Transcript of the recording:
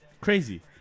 Crazy